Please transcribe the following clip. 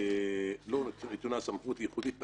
לו נתונה סמכות ייחודית בעניין.